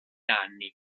anni